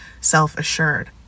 self-assured